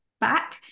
back